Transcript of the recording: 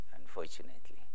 unfortunately